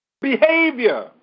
Behavior